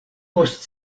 post